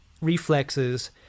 reflexes